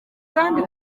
kandi